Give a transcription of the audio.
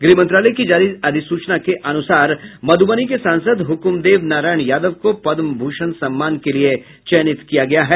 गृह मंत्रालय की जारी अधिसूचना के अनुसार मधुबनी के सांसद हुकुम देव नारायण यादव को पद्म भूषण सम्मान के लिये चयनित किया गया है